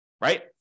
Right